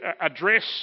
address